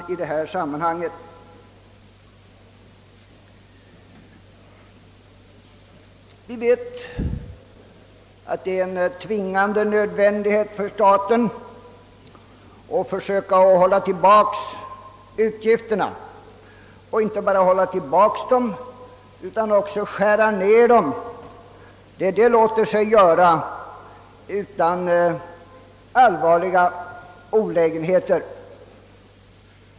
Vi vet, att det för staten är en tvingande nödvändighet att inte bara försöka hålla tillbaka utan även skära ned utgifterna där så låter sig göra utan allvarliga olägenheter.